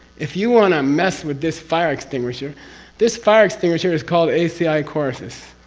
if you want to mess with this fire extinguisher this fire extinguisher is called, aci courses.